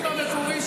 אנחנו לא מגדילים.